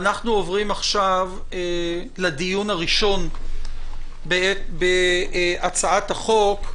אנחנו עוברים עכשיו לדיון הראשון בהצעת החוק,